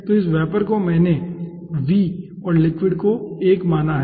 तो इस वेपर को मैंने v और लिक्विड को l माना है